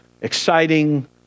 exciting